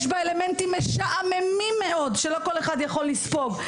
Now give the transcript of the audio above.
יש בה אלמנטים משעממים מאוד שלא כל אחד יכול לספוג.